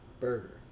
burger